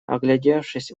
оглядевшись